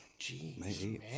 Jeez